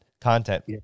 content